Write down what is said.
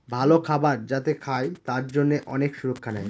ভালো খাবার যাতে খায় তার জন্যে অনেক সুরক্ষা নেয়